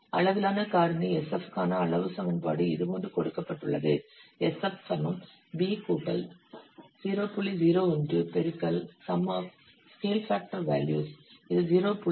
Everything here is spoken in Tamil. அளவிலான காரணி sf க்கான அளவு சமன்பாடு இதுபோன்று கொடுக்கப்பட்டுள்ளது இது 0